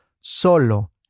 Solo